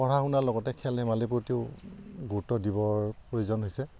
পঢ়া শুনাৰ লগতে খেল ধেমালিৰ প্ৰতিও গুৰুত্ব দিবৰ প্ৰয়োজন হৈছে